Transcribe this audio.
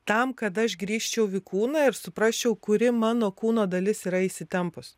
tam kad aš grįžčiau į kūną ir suprasčiau kuri mano kūno dalis yra įsitempus